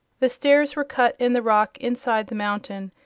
the stairs were cut in the rock inside the mountain,